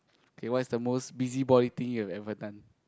K what is the most busybody thing you've ever done